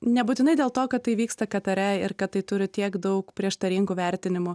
nebūtinai dėl to kad tai vyksta katare ir kad tai turi tiek daug prieštaringų vertinimų